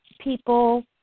people